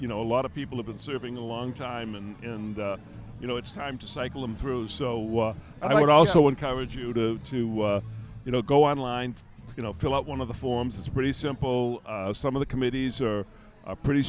you know a lot of people have been serving a long time and you know it's time to cycle them through so i would also encourage you to to you know go online you know fill out one of the forms is pretty simple some of the committees are pretty